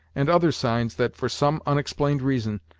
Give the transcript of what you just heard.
and other signs that, for some unexplained reason,